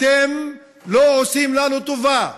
אתם לא עושים לנו טובה,